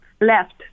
left